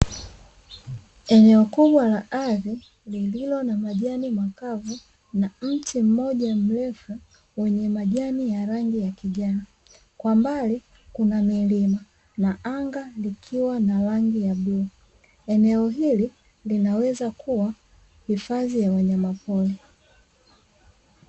Eneo kubwa la ardhi lilio na majani makavu na mti mmoja mrefu wenye majani ya rangi ya kijani, kwa mbali kuna milima na anga likiwa na rangi ya bluu. Eneo hili linaweza kuwa hifadhi ya wanyamapori.